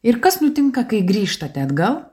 ir kas nutinka kai grįžtate atgal